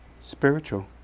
Spiritual